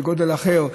בגודל אחר,